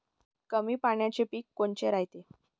कमी पाण्याचे पीक कोनचे रायते?